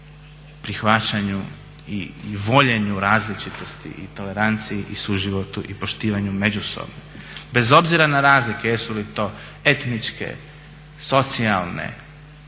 prihvaćanju i voljenju različitosti i toleranciji i suživotu i poštivanju međusobno bez obzira na razlike jesu li to etničke, socijalne,